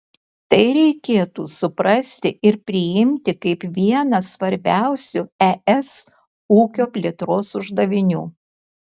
tai reikėtų suprasti ir priimti kaip vieną svarbiausių es ūkio plėtros uždavinių